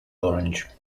orange